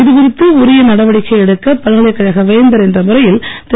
இதுகுறித்து உரிய நடவடிக்கை எடுக்க பல்கலைக்கழக வேந்தர் என்ற முறையில் திரு